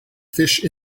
fish